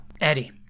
Eddie